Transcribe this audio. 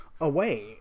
away